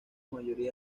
mayoría